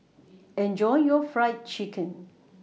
Enjoy your Fried Chicken